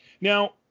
Now